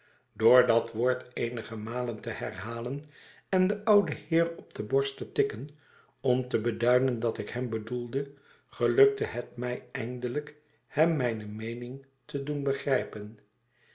dat woord eenige malen te herhalen en den ouden heer op de borst te tikken om te beduiden dat ik hem bedoelde gelukte het mij eindelijk hem mijne meening te doen begrijpen